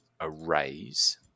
arrays